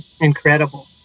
incredible